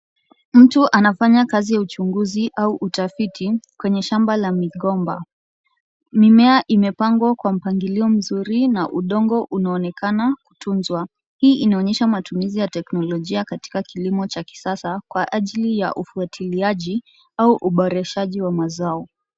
Mtu anafanya kazi ya uchunguzi au utafiti kwenye shamba la migomba. Mimea imepangwa kwa mpangilio mzuri na udongo unaonekana kutunzwa. Hii inaonyesha matumizi ya teknolojia katika kilimo cha kisasa kwa ajili ya ufuatiliaji au uboreshaji wa mazao.